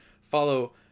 Follow